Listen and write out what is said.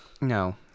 No